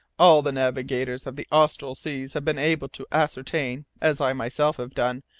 all the navigators of the austral seas have been able to ascertain, as i myself have done,